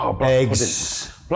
eggs